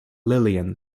lillian